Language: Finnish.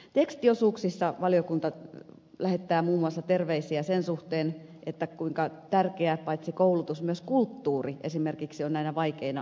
tekstiosuuksissa valiokunta lähettää muun muassa terveisiä sen suhteen kuinka tärkeää paitsi koulutus myös kulttuuri esimerkiksi on näinä vaikeina aikoina